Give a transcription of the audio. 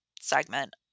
segment